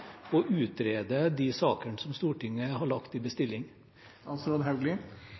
å utrede de sakene som Stortinget har lagt i bestilling?